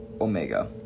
Omega